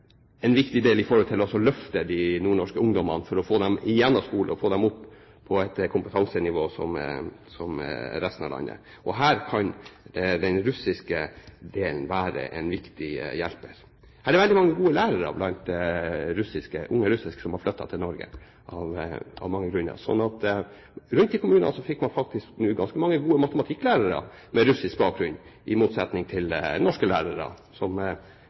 i resten av landet. Her kan den russiske delen være en viktig hjelper. Det er veldig mange gode lærere blant unge russere som har flyttet til Norge av mange grunner. Rundt i kommunen fikk man faktisk ganske mange gode matematikklærere med russisk bakgrunn, i motsetning til norske lærere som